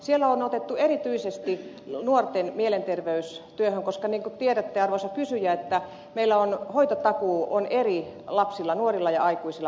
siellä on puututtu erityisesti nuorten mielenterveystyöhön koska niin kuin tiedätte arvoisa kysyjä meillä on oma hoitotakuu lapsilla ja nuorilla sekä aikuisilla mielenterveyspuolella